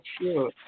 sure